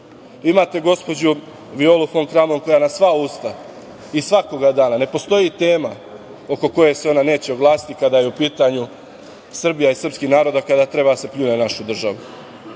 gospođu Violu fon Kramon koja na sva usta i svakoga dana… Ne postoji tema o kojoj se ona neće oglasiti kada je u pitanju Srbija i srpski narod, a kada treba da se pljuje naša država,